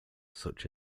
such